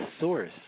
source